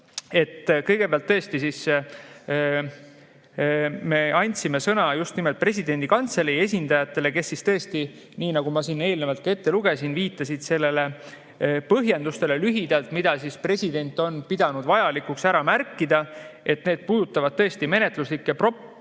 Kõigepealt, tõesti me andsime sõna just nimelt presidendi kantselei esindajatele, kes, nii nagu ma siin eelnevalt ette lugesin, viitasid nendele põhjendustele lühidalt, mida president on pidanud vajalikuks ära märkida. Need puudutavad tõesti menetluslikke probleeme,